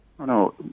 No